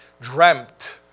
dreamt